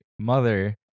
mother